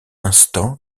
instant